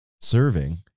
serving